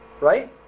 right